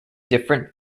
different